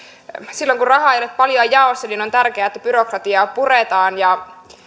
silloin kun rahaa ei ole paljoa jaossa niin on tärkeää että byrokratiaa puretaan ja